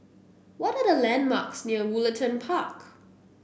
what are the landmarks near Woollerton Park